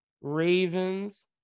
Ravens